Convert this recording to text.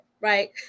right